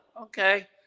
okay